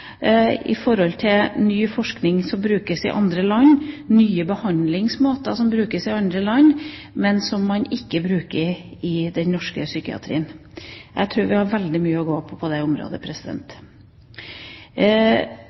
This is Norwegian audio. nye behandlingsmåter som brukes i andre land, men som ikke brukes i den norske psykiatrien. Jeg tror vi har veldig mye å gå på på dette området.